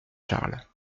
charles